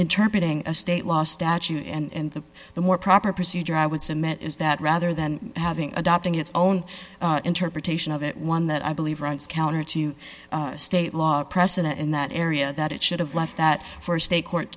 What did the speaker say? interpretating a state law statute and the the more proper procedure i would submit is that rather than having adopting its own interpretation of it one that i believe runs counter to state law precedent in that area that it should have left that for state court